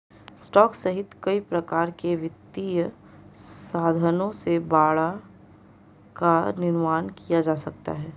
stock सहित कई प्रकार के वित्तीय साधनों से बाड़ा का निर्माण किया जा सकता है